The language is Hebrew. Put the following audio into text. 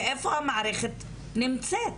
ואיפה המערכת נמצאת.